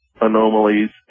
anomalies